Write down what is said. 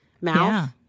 mouth